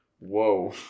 Whoa